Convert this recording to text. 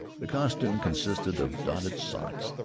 the costume consisted of dotted socks,